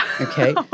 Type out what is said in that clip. Okay